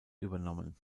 übernommen